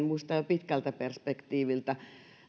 muistan että jo pitkällä perspektiivillä